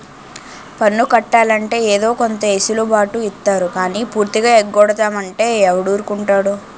పన్ను కట్టాలంటే ఏదో కొంత ఎసులు బాటు ఇత్తారు గానీ పూర్తిగా ఎగ్గొడతాం అంటే ఎవడూరుకుంటాడు